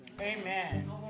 Amen